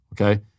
okay